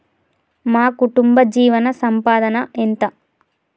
మా కుటుంబ జీవన సంపాదన ఎంత?